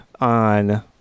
on